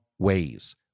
ways